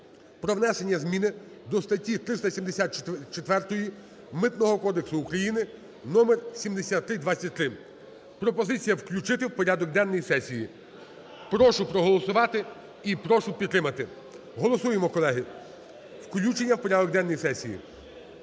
про внесення зміни до статті 374 Митного кодексу України (номер 7323). Пропозиція включити в порядок денний сесії. Прошу проголосувати і прошу підтримати. Голосуємо, колеги. Голосуємо, колеги, включення у порядок денний сесії.